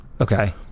Okay